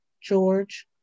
George